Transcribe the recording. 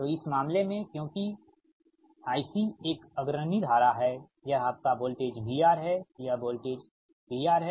तो इस मामले में क्योंकि IC एक अग्रणी धारा है यह आपका वोल्टेज VR है यह वोल्टेज VR है